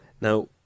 Now